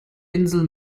insel